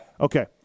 Okay